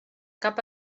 cap